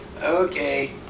Okay